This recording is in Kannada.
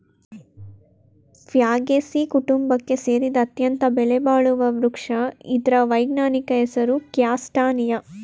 ಫ್ಯಾಗೇಸೀ ಕುಟುಂಬಕ್ಕೆ ಸೇರಿದ ಅತ್ಯಂತ ಬೆಲೆಬಾಳುವ ವೃಕ್ಷ ಇದ್ರ ವೈಜ್ಞಾನಿಕ ಹೆಸರು ಕ್ಯಾಸ್ಟಾನಿಯ